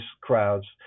crowds